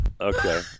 Okay